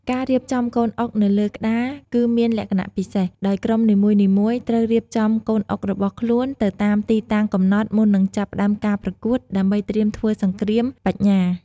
ការរៀបចំកូនអុកនៅលើក្តារគឺមានលក្ខណៈពិសេស ដោយក្រុមនីមួយៗត្រូវរៀបចំកូនអុករបស់ខ្លួនទៅតាមទីតាំងកំណត់មុននឹងចាប់ផ្តើមការប្រកួត ដើម្បីត្រៀមធ្វើសង្គ្រាមបញ្ញា។